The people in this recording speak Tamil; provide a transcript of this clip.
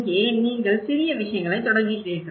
இங்கே நீங்கள் சிறிய விஷயங்களைத் தொடங்குகிறீர்கள்